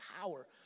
power